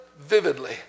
vividly